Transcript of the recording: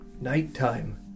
Nighttime